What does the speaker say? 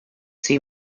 see